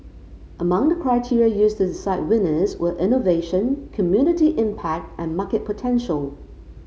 among the criteria used to decide winners were innovation community impact and market potential